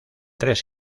tres